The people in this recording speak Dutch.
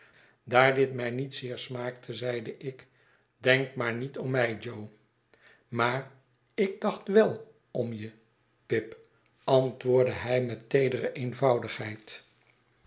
daar dit mij niet zeer smaakte zeide ik denk maar niet om mij jo maarik dacht wel om je pip antwoordde hij met